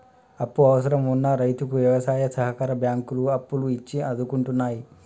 అప్పు అవసరం వున్న రైతుకు వ్యవసాయ సహకార బ్యాంకులు అప్పులు ఇచ్చి ఆదుకుంటున్నాయి